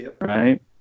right